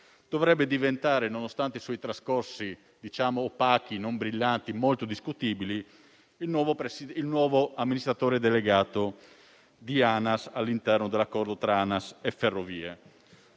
dovrebbe diventare, nonostante i suoi trascorsi opachi, non brillanti, molto discutibili, il nuovo amministratore delegato di ANAS all'interno dell'accordo tra ANAS e Ferrovie.